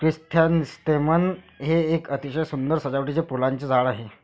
chrysanthemum हे एक अतिशय सुंदर सजावटीचे फुलांचे झाड आहे